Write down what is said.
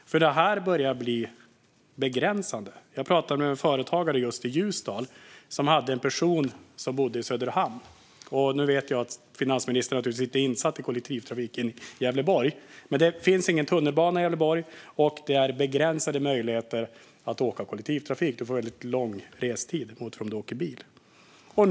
Detta börjar nämligen bli begränsande. Jag pratade med en företagare just i Ljusdal som hade en anställd som bodde i Söderhamn. Nu vet jag att finansministern naturligtvis inte är insatt i kollektivtrafiken i Gävleborg. Men det finns ingen tunnelbana i Gävleborg, och det är begränsade möjligheter att åka med kollektivtrafik. Restiden blir mycket längre än om man åker med bil.